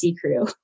crew